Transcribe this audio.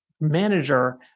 manager